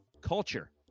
culture